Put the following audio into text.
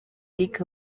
lick